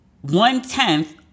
one-tenth